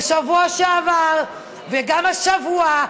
בשבוע שעבר וגם השבוע,